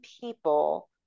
people